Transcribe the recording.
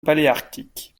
paléarctique